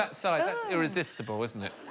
that size that's irresistible, isn't it?